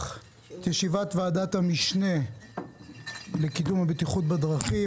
אני פותח את ישיבת ועדת המשנה לקידום הבטיחות בדרכים,